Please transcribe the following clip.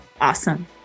Awesome